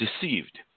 deceived